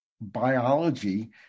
biology